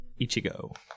Ichigo